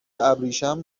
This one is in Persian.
ابریشم